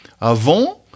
Avant